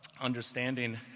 understanding